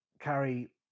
Carrie